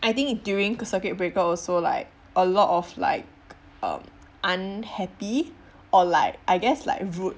I think it during circuit breaker also like a lot of like um unhappy or like I guess like rude